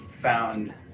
found